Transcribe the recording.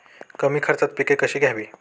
कमी खर्चात पिके कशी घ्यावी?